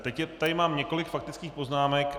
Teď tady mám několik faktických poznámek.